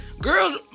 girls